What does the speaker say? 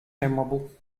memorable